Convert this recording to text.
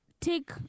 take